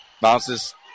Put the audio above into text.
bounces